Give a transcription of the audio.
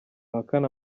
ahakana